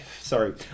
sorry